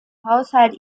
haushalt